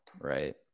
right